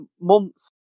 months